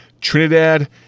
Trinidad